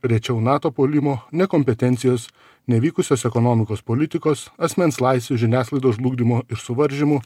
rečiau nato puolimo nekompetencijos nevykusios ekonomikos politikos asmens laisvių žiniasklaidos žlugdymo ir suvaržymų